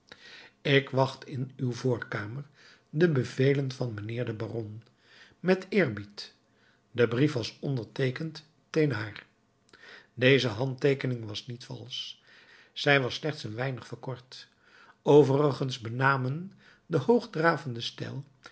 ik wacht in uw voorkamer de bevelen van mijnheer den baron met eerbied de brief was onderteekend thénard deze handteekening was niet valsch zij was slechts een weinig verkort overigens benamen de hoogdravende stijl